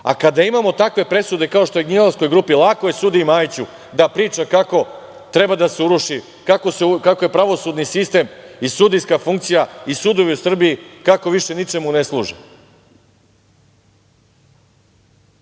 a kada imamo takve presude kao što je Gnjilanskoj grupi, lako je sudiji Majiću da priča kako je pravosudni sistem i sudijska funkcija i sudovi u Srbiji kako više ničemu ne služe.U